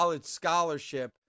scholarship